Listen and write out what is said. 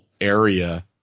area